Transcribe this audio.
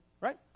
right